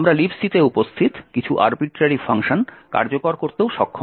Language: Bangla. আমরা LibC তে উপস্থিত কিছু আর্বিট্রারি ফাংশন কার্যকর করতেও সক্ষম